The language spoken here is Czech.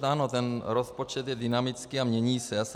Ano, ten rozpočet je dynamický a mění se.